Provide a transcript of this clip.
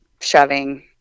shoving